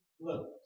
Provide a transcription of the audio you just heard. Look